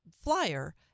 flyer